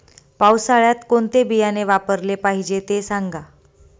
पावसाळ्यात कोणते बियाणे वापरले पाहिजे ते सांगा